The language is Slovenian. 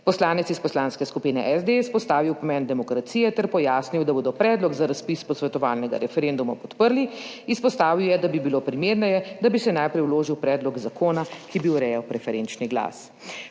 Poslanec iz poslanske skupine SD izpostavil pomen demokracije ter pojasnil, da bodo predlog za razpis posvetovalnega referenduma podprli. Izpostavil je, da bi bilo primerneje, da bi se najprej vložil predlog zakona, ki bi urejal preferenčni glas.